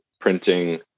printing